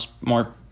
more